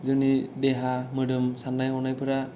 जोंनि देहा मोदोम साननाय हनायफोरा